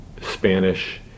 Spanish